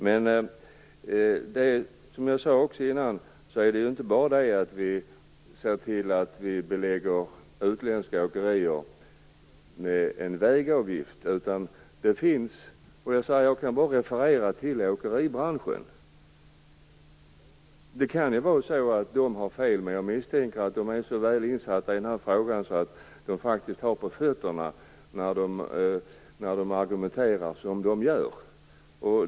Men, som jag sade tidigare, gäller det inte bara att vi ser till att belägga utländska åkerier med en vägavgift. Jag kan bara referera till åkeribranschen. Det kan vara så att de har fel, men jag misstänker att de är så väl insatta i den här frågan att de faktiskt har ordentligt på fötterna när de argumenterar som de gör.